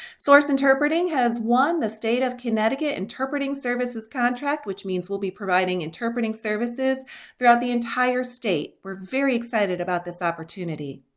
source interpreting has won the state of connecticut interpreting services contract which means we'll be providing interpreting services throughout the entire state. we're very excited about this opportunity.